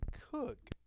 cook